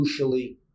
crucially